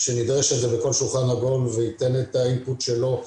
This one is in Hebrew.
שנדרשת ובכל שולחן עגול ולתת את האימפוט גם